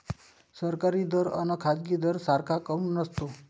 सरकारी दर अन खाजगी दर सारखा काऊन नसतो?